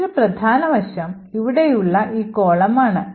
മറ്റൊരു പ്രധാന വശം ഇവിടെയുള്ള ഈ column ആണ്